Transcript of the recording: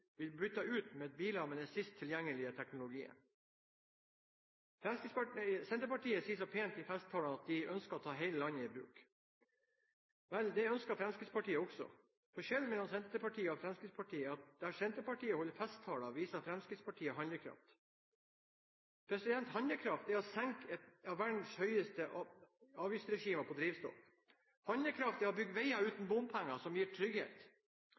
bli byttet ut med biler med den sist tilgjengelige teknologien. Senterpartiet sier så pent i festtaler at de ønsker å ta hele landet i bruk. Vel, det ønsker Fremskrittspartiet også. Forskjellen mellom Senterpartiet og Fremskrittspartiet er at der Senterpartiet holder festtaler, viser Fremskrittspartiet handlekraft. Handlekraft er å senke et av verdens høyeste avgiftsregimer for drivstoff. Handlekraft er å bygge veier uten bompenger som gir trygghet.